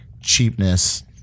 cheapness